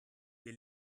wir